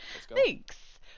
thanks